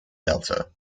delta